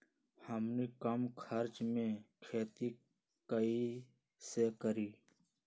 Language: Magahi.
हमनी कम खर्च मे खेती कई से करी?